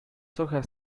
hojas